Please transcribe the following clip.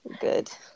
Good